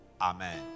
Amen